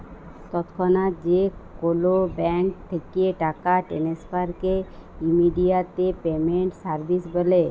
তৎক্ষনাৎ যে কোলো ব্যাংক থ্যাকে টাকা টেনেসফারকে ইমেডিয়াতে পেমেন্ট সার্ভিস ব্যলে